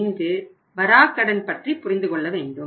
எனவே இங்கு வராக்கடன் பற்றி புரிந்துகொள்ள வேண்டும்